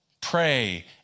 pray